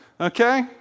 okay